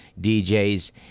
DJs